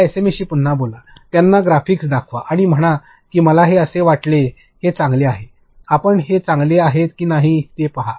आपल्या एसएमईशी पुन्हा बोला त्यांना ग्राफिक दाखवा आणि म्हणा की मला असे वाटते की हे चांगले आहे आपण ते चांगले आहे की नाही हे पहा